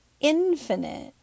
infinite